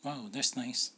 !wow! that's nice